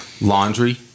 laundry